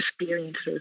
Experiences